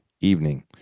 Evening